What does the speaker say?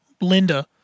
Linda